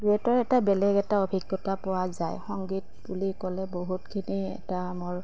ডুৱেটৰ এটা বেলেগ এটা অভিজ্ঞতা পোৱা যায় সংগীত বুলি ক'লে বহুতখিনি এটা মোৰ